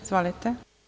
Izvolite.